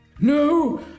No